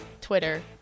Twitter